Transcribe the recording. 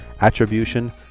attribution